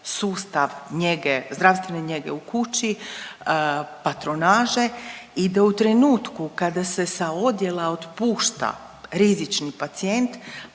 njege, zdravstvene njege u kući, patronaže i da u trenutku kada se sa odjela otpušta rizični pacijent